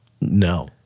No